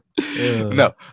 No